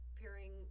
pairing